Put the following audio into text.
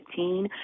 2015